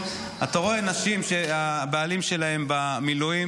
אתה רואה נשים שהבעלים שלהן במילואים,